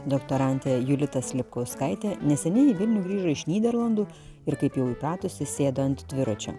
doktorantė julita slipkauskaitė neseniai į vilnių grįžo iš nyderlandų ir kaip jau įpratusi sėdo ant dviračio